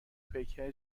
پیکر